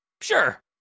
sure